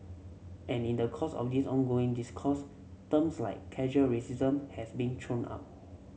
and in the course of this ongoing discourse terms like casual racism has been thrown up